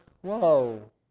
whoa